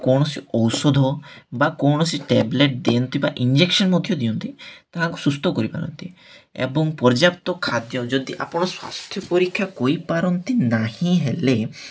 କୌଣସି ଔଷଧ ବା କୌଣସି ଟାବ୍ଲେଟ୍ ଦିଅନ୍ତି ବା ଇଞ୍ଜେକ୍ସନ୍ ମଧ୍ୟ ଦିଅନ୍ତି ତାହାକୁ ସୁସ୍ଥ କରିପାରନ୍ତି ଏବଂ ପର୍ଯ୍ୟାପ୍ତ ଖାଦ୍ୟ ଯଦି ଆପଣ ସ୍ୱାସ୍ଥ୍ୟ ପରୀକ୍ଷା କରିପାରନ୍ତି ନାହିଁ ହେଲେ